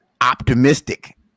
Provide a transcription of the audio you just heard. optimistic